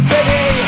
City